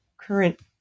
current